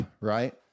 right